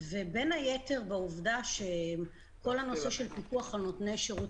בין היתר בגלל העובדה שכל הנושא של פיקוח על נותני שירות